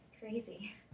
Crazy